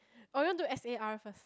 or you want do S_A_R first